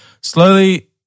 slowly